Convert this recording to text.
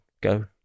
go